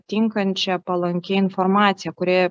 tinkančią palanki informacija kurioje